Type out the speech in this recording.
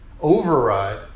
override